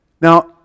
Now